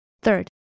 Third